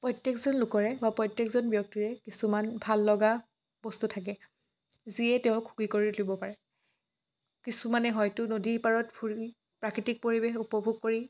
প্ৰত্যেকজন লোকৰে বা প্ৰত্যেকজন ব্যক্তিৰে কিছুমান ভাল লগা বস্তু থাকে যিয়ে তেওঁক সুখী কৰি তুলিব পাৰে কিছুমানে হয়তো নদীৰ পাৰত ফুৰি প্ৰাকৃতিক পৰিৱেশ উপভোগ কৰি